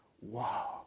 Wow